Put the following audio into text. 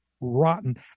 rotten